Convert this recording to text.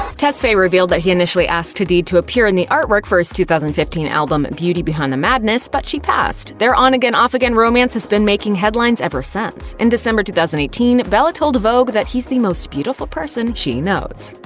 tesfaye revealed that he initially asked hadid to appear in the artwork for his two thousand and fifteen album beauty behind the madness, but she passed. their on-again-off-again romance has been making headlines ever since. in december two thousand and eighteen, bella told vogue that he's the most beautiful person she knows.